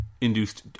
induced